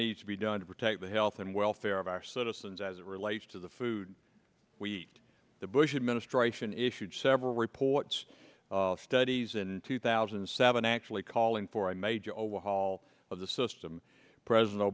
needs to be done to protect the health and welfare of our citizens as it relates the food we eat the bush administration issued several reports studies in two thousand and seven actually calling for a major overhaul of the system president